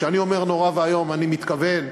כשאני אומר נורא ואיום אני מתכוון,